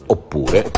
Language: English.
Oppure